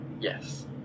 Yes